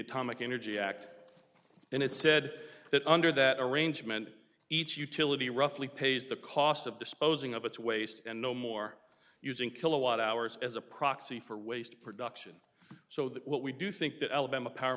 atomic energy act and it said that under that arrangement each utility roughly pays the cost of disposing of its waste and no more using kilowatt hours as a proxy for waste production so that what we do think that alabama power